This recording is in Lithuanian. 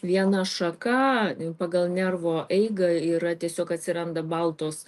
viena šaka pagal nervo eigą ir tiesiog atsiranda baltos